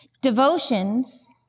Devotions